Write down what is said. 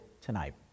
tonight